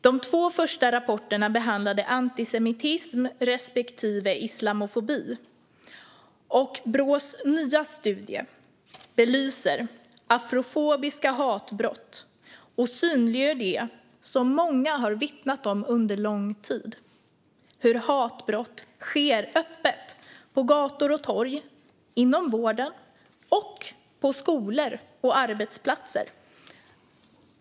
De två första rapporterna behandlade antisemitism respektive islamofobi, och Brås nya studie belyser afrofobiska hatbrott och synliggör det som många har vittnat om under lång tid, nämligen hur hatbrott sker öppet på gator och torg, inom vården och på skolor och arbetsplatser.